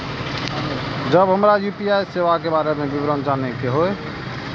जब हमरा यू.पी.आई सेवा के बारे में विवरण जाने के हाय?